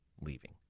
leaving